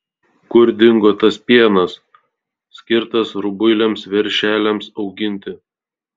kur dingo tas pienas skirtas rubuiliams veršeliams auginti